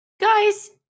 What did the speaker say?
guys